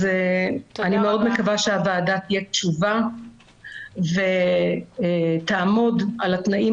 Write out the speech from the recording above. אז אני מאוד מקווה שהוועדה תהיה קשובה ותעמוד על התנאים